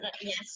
yes